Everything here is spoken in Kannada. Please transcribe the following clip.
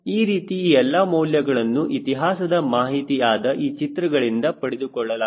ಈ ರೀತಿ ಈ ಎಲ್ಲ ಮೌಲ್ಯಗಳನ್ನು ಇತಿಹಾಸದ ಮಾಹಿತಿ ಆದ ಈ ಚಿತ್ರಗಳಿಂದ ಪಡೆದುಕೊಳ್ಳಲಾಗುತ್ತದೆ